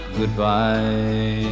goodbye